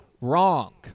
Wrong